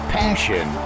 passion